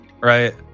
right